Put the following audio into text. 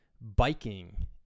biking